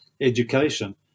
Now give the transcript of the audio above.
education